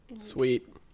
sweet